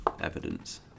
evidence